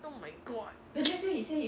oh my god